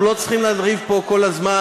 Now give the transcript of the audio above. אנחנו לא צריכים לריב פה כל הזמן.